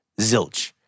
Zilch